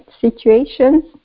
situations